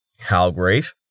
Halgrave